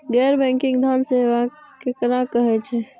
गैर बैंकिंग धान सेवा केकरा कहे छे?